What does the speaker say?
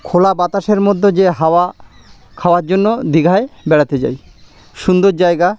খোলা বাতাসের মধ্যে যে হাওয়া খাওয়ার জন্য দীঘায় বেড়াতে যাই সুন্দর জায়গা